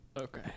Okay